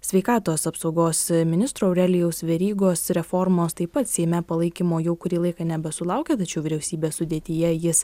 sveikatos apsaugos ministro aurelijaus verygos reformos taip pat seime palaikymo jau kurį laiką nebesulaukė tačiau vyriausybės sudėtyje jis